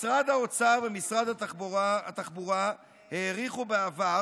משרד האוצר ומשרד התחבורה העריכו בעבר,